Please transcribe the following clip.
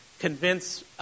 convince